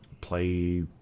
play